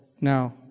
now